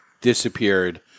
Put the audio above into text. disappeared